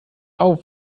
auf